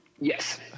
Yes